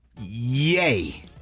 Yay